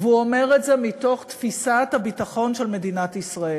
והוא אומר את זה מתוך תפיסת הביטחון של מדינת ישראל.